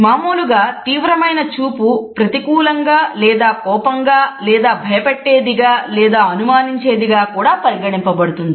మామూలుగా తీవ్రమైన చూపు ప్రతికూలంగా లేదా కోపంగా లేదా భయపెట్టేదిగా లేదా అనుమానించేదిగా కూడా పరిగణింపబడుతుంది